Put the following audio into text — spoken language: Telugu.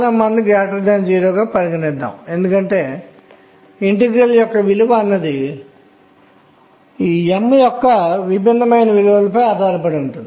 ఎలక్ట్రాన్ దాని స్వంత క్వాంటం సంఖ్యను కలిగి ఉంటుంది అనగా అది దానిలో అంతర్గతంగా ఉంటుంది మరియు ఎలక్ట్రాన్ ఎక్కడ కదులుతుందో దానిపై ఆధారపడి ఉండదు